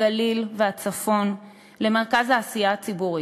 הגליל והצפון למרכז העשייה הציבורית.